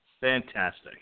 Fantastic